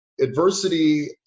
adversity